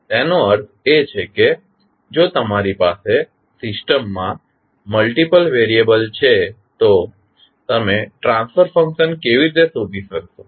તેનો અર્થ એ કે જો તમારી પાસે સિસ્ટમમાં મલ્ટિપલ વેરિયેબલ છે તો તમે ટ્રાન્સફર ફંક્શન કેવી રીતે શોધી શકશો